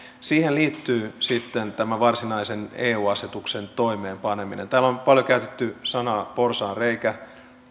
siihen liittyy sitten tämä varsinaisen eu asetuksen toimeenpaneminen täällä on paljon käytetty sanaa porsaanreikä